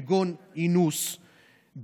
כגון אינוס,